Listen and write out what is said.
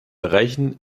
erreichen